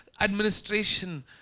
administration